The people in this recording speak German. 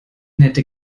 nette